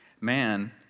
Man